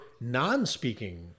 non-speaking